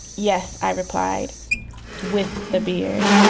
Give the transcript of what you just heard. yes, i replied with the beard